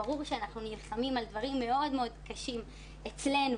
ברור שאנחנו נלחמים על דברים מאוד קשים אצלנו,